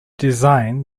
design